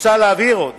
מוצע להבהיר עוד